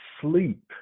sleep